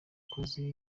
abakozi